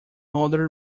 other